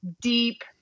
deep